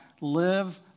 Live